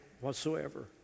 whatsoever